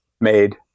made